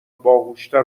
باهوشتر